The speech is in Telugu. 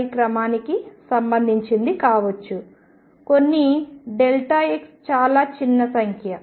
005 క్రమానికి సంబంధించినది కావచ్చు కొన్ని x చాలా చిన్న సంఖ్య